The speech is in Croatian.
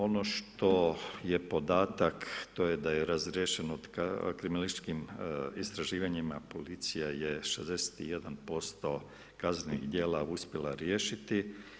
Ono što je podatak, to je da je razriješeno kriminalističkim istraživanjima policija je 61% kaznenih djela uspjela riješiti.